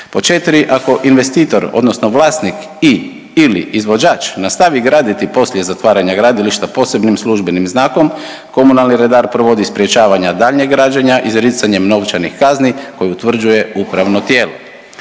Pod „4. ako investitor odnosno vlasnik i/ili izvođač nastavi graditi poslije zatvaranja gradilišta posebnim službenim znakom komunalni redar provodi sprječavanja daljnjeg građenja izricanjem novčanih kazni koju utvrđuje upravno tijelo“.